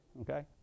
Okay